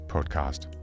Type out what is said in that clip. Podcast